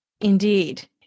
Indeed